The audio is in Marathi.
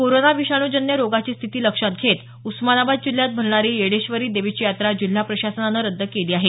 कोरोना विषाणूजन्य रोगाची स्थिती लक्षात घेत उस्मानाबाद जिल्ह्यात भरणारी येडेश्वरी देवीची यात्रा जिल्हा प्रशासनानं रद्द केली आहे